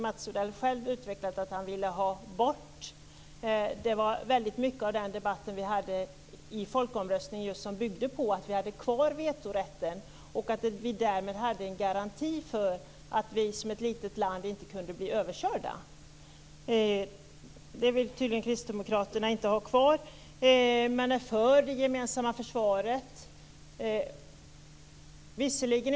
Mats Odell har själv utvecklat att han vill ha bort vetorätten. Mycket av debatten i folkomröstningen byggde på att vetorätten fanns kvar och att det därmed fanns en garanti för att vi som ett litet land inte kunde bli överkörda. Det vill tydligen kristdemokraterna inte ha kvar. Man är för det gemensamma försvaret.